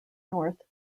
north